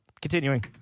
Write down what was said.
Continuing